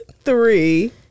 three